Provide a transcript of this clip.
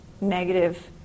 negative